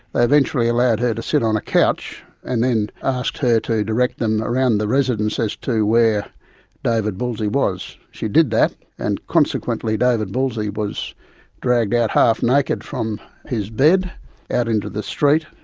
they eventually allowed her to sit on a couch and then asked her to direct them around the residence as to where david bulsey was. she did that, and consequently david bulsey was dragged out half naked from his bed out into the street,